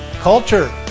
culture